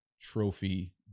trophy